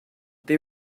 they